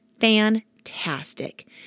fantastic